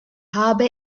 habe